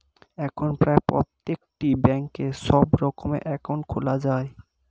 এখন প্রায় প্রত্যেকটি ব্যাঙ্কে সব রকমের অ্যাকাউন্ট খোলা যায়